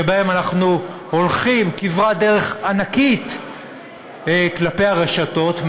שבהן אנחנו הולכים כברת דרך ענקית כלפי הרשתות,